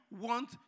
want